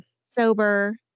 sober